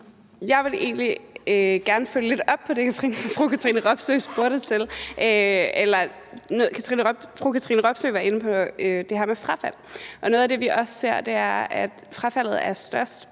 Jeg vil egentlig gerne følge lidt op på det, fru Katrine Robsøe var inde på, nemlig det her med frafald. Noget af det, vi også ser, er, at frafaldet er størst